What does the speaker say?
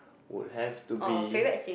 would have to be